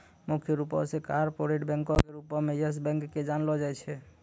मुख्य रूपो से कार्पोरेट बैंको के रूपो मे यस बैंक के जानलो जाय छै